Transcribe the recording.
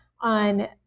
on